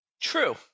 True